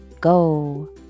go